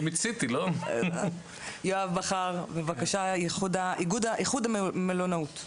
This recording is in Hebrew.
יואב בכר, התאחדות המלונאות, בבקשה.